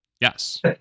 Yes